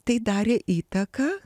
tai darė įtaką